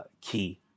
key